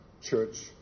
church